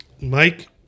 Mike